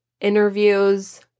interviews